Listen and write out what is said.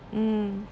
mm